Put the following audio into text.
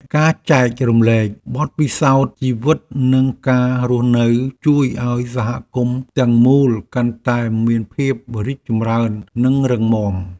ការចែករំលែកបទពិសោធន៍ជីវិតនិងការរស់នៅជួយឱ្យសហគមន៍ទាំងមូលកាន់តែមានភាពរីកចម្រើននិងរឹងមាំ។